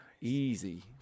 easy